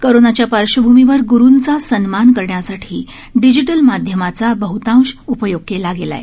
कोरोनाच्या पार्श्वभूमीवर ग्रुंचा सन्मान करण्यासाठी डिजिटल माध्यमाचा बहतांश उपयोग केला आहे